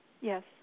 Yes